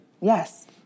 Yes